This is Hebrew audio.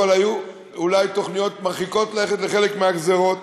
היו אולי תוכניות מרחיקות לכת לחלק מהגזירות,